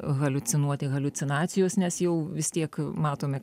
haliucinuoti haliucinacijos nes jau vis tiek matome